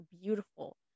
beautiful